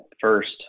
first